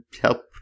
help